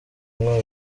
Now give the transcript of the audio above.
umwe